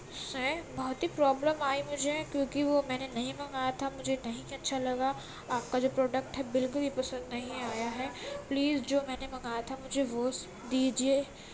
سے بہت ہی پرابلم آئی مجھے کیونکہ وہ میں نے نہیں منگایا تھا مجھے نہیں اچھا لگا آپ کا جو پروڈکٹ ہے بالکل ہی پسند نہیں آیا ہے پلیز جو میں نے منگایا تھا مجھے وہ دیجیے